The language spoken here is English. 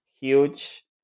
huge